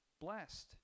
blessed